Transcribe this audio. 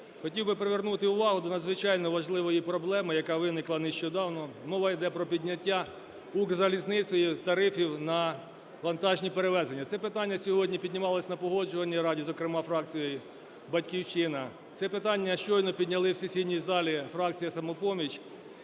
Хотів би привернути увагу до надзвичайно важливої проблеми, яка виникла нещодавно, мова іде про підняття "Укрзалізницею" тарифів на вантажні перевезення. Це питання сьогодні піднімалося на Погоджувальній раді, зокрема, фракцією "Батьківщина", це питання щойно підняли в сесійній залі фракція "Самопоміч".